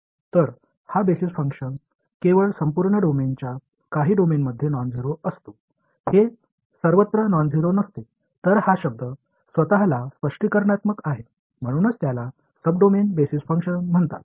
तर हा basis function केवळ संपूर्ण डोमेनच्या काही डोमेनमध्ये नॉनझेरो असतो हे सर्वत्र नॉनझेरो नसते तर हा शब्द स्वत ला स्पष्टीकरणात्मक आहे म्हणूनच त्याला सब डोमेन बेसिस फंक्शन म्हणतात